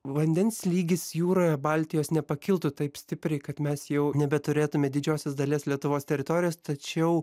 vandens lygis jūroje baltijos nepakiltų taip stipriai kad mes jau nebeturėtume didžiosios dalies lietuvos teritorijos tačiau